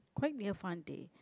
quite near fun they